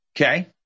Okay